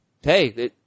hey